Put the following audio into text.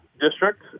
district